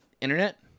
internet